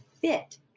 fit